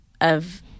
of-